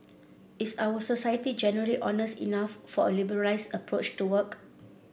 is our society generally honest enough for a liberalised approach to work